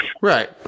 Right